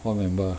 what member